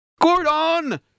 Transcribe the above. Gordon